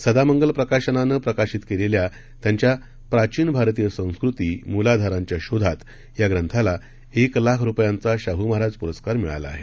सदामंगलप्रकाशनानंप्रकाशितकेलेल्यात्यांच्याप्राचीनभारतीयसंस्कृती मूलाधारांच्याशोधातयाग्रंथालाएकलाखरुपयांचाशाहूमहाराजपुरस्कारमिळालाआहे